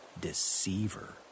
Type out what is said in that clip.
deceiver